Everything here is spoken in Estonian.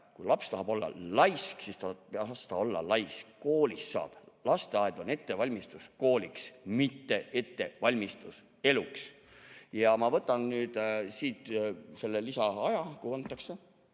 Kui laps tahab olla laisk, siis las ta olla laisk. Lasteaed on ettevalmistus kooliks, mitte ettevalmistus eluks. Ma võtan siit selle lisaaja, kui antakse.